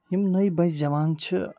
یِم نٔے بَچہٕ زٮ۪وان چھِ